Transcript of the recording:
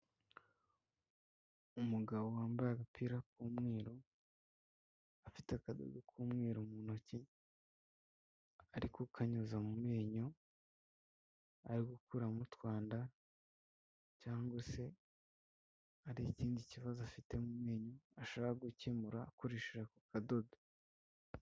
Umugabo wambaye agapira k'umweru afite akadodo k'umweru mu ntoki ari kukanyuza mu menyo, ari gukuramo utwanda cyangwa se hari ikindi kibazo afite mu menyo ashaka gukemura akoreshe ako kadodo.